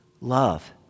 love